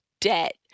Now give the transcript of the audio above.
debt